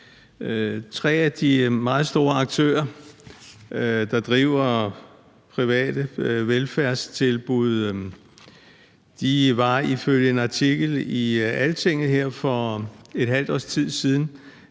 Tre af de meget store aktører, der driver private velfærdstilbud, havde ifølge en artikel i Altinget her for et halvt års tid siden